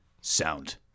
sound